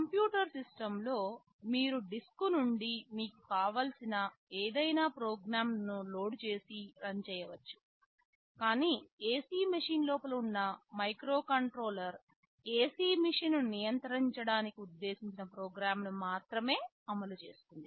computer సిస్టమ్లో మీరు disk నుండి మీకు కావలసిన ఏదైనా ప్రోగ్రామ్ను లోడ్ చేసి రన్ చేయవచ్చు కాని AC మెషీన్ లోపల ఉన్న మైక్రోకంట్రోలర్ AC మెషీన్ను నియంత్రించడానికి ఉద్దేశించిన ప్రోగ్రామ్ను మాత్రమే అమలు చేస్తుంది